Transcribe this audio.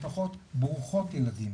משפחות ברוכות ילדים,